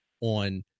on